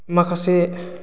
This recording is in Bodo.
माखासे